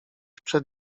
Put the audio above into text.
przed